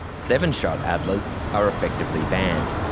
seven-shot adlers are effectively banned,